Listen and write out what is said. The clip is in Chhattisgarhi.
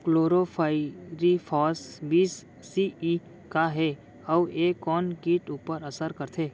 क्लोरीपाइरीफॉस बीस सी.ई का हे अऊ ए कोन किट ऊपर असर करथे?